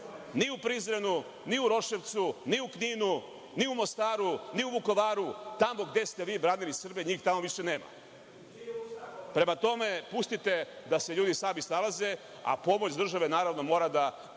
ni u Prizrenu, ni u Uroševcu, ni u Kninu, ni u Mostaru, ni u Vukovaru. Tamo gde ste vi branili Srbe, njih tamo više nema. Prema tome, pustite da se ljudi sami snalaze a pomoć države naravno mora da